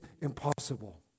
impossible